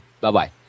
Bye-bye